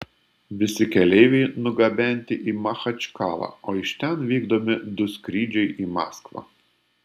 visi keleiviai nugabenti į machačkalą o iš ten vykdomi du skrydžiai į maskvą